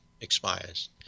expires